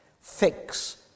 fix